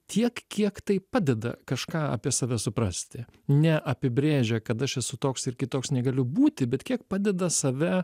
tiek kiek tai padeda kažką apie save suprasti ne apibrėžia kad aš esu toks ir kitoks negaliu būti bet kiek padeda save